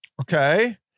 Okay